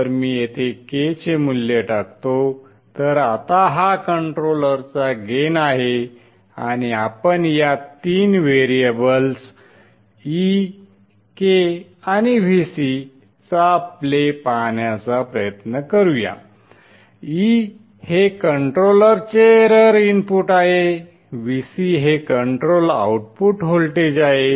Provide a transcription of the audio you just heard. तर मी येथे k चे मूल्य टाकतो तर आता हा कंट्रोलरचा गेन आहे आणि आपण या तीन व्हेरिएबल्स e k आणि Vc चा प्ले पाहण्याचा प्रयत्न करूया e हे कंट्रोलरचे एरर इनपुट आहे Vc हे कंट्रोल आउटपुट व्होल्टेज आहे